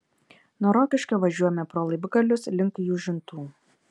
nuo rokiškio važiuojame pro laibgalius link jūžintų